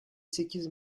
sekiz